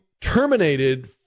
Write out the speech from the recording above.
terminated